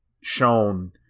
shown